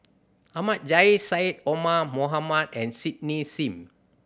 Ahmad Jais Syed Omar Moham and Cindy Sim